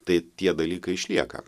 tai tie dalykai išlieka